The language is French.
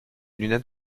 lunettes